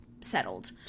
settled